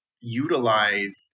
utilize